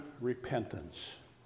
repentance